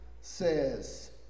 says